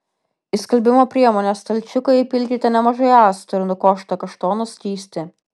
į skalbimo priemonės stalčiuką įpilkite nemažai acto ir nukoštą kaštonų skystį